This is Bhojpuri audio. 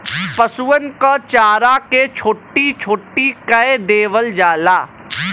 पसुअन क चारा के छोट्टी छोट्टी कै देवल जाला